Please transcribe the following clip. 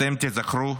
אתם תיזכרו